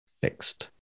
fixed